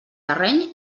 terreny